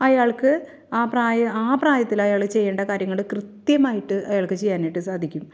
അയാൾക്ക് ആ പ്രായ ആ പ്രായത്തിൽ അയാൾ ചെയ്യേണ്ട കാര്യങ്ങൾ കൃത്യമായിട്ട് അയാൾക്ക് ചെയ്യാനായിട്ട് സാധിക്കും